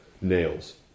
nails